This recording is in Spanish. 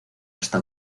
hasta